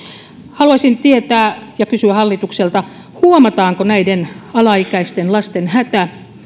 haluaisin tietää ja kysyä hallitukselta huomataanko alaikäisten lasten hätä